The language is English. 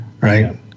right